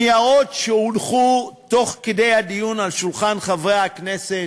ניירות שהונחו תוך כדי הדיון על שולחן חברי הכנסת,